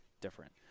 different